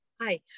Hi